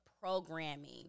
programming